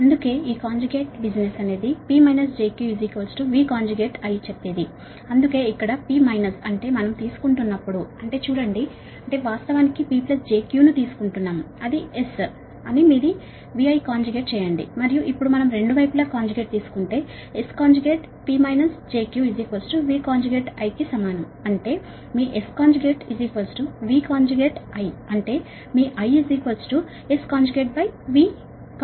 అందుకే ఈ కాంజుగేట్ వ్యాపారం P jQ VI చెప్పేది అందుకే ఇక్కడ P మైనస్ అంటే మనం తీసుకుంటున్నప్పుడు అంటే చూడండి అంటే వాస్తవానికి PjQ ను తీసుకుంటున్నాము అది S అని మీది VI కాంజుగేట్ చేయండి మరియు ఇప్పుడు మనం రెండు వైపులా కాంజుగేట్ తీసుకుంటే S conjugate P j Q V I కి సమానం అంటే మీ S V I అంటే మీ I SV